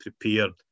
prepared